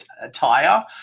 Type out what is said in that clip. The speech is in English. attire